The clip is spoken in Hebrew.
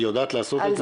היא יודעת לעשות את